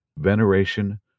veneration